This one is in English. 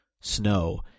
Snow